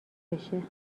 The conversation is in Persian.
بشه